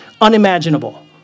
unimaginable